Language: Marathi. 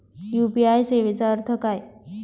यू.पी.आय सेवेचा अर्थ काय?